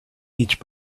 each